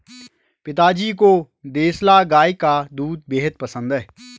पिताजी को देसला गाय का दूध बेहद पसंद है